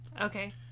Okay